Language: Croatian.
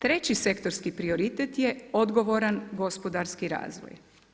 Treći sektorski prioritet je odgovoran gospodarski razvoj.